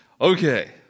Okay